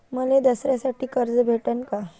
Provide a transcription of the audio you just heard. मले दसऱ्यासाठी कर्ज भेटन का?